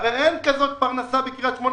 אין פרנסה בקריית שמונה.